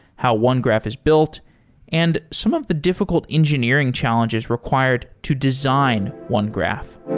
how onegraph is built and some of the difficult engineering challenges required to design onegraph.